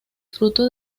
fruto